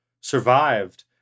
survived